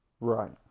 Right